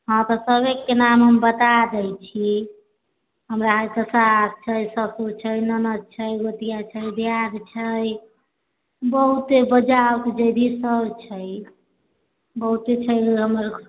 हँ तऽ सबे के नाम हम बताए दै छी हमरा एतए सास छै ससुर छै ननद छै गोतिया छै दियाद छै बहुते जाउत जैधि सब छै बहुत छै हमर घर